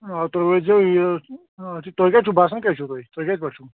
آ تُہۍ وٲتۍ زیٚو یہِ تُہۍ کَتہِ چھِو بَسان کَتہِ چھِو تُہۍ تُہۍ کَتہِ پیٚٹھ چھِو